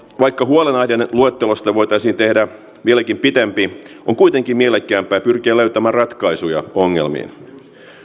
vaikka huolenaiheiden luettelosta voitaisiin tehdä vieläkin pitempi on kuitenkin mielekkäämpää pyrkiä löytämään ratkaisuja ongelmiin